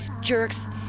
Jerks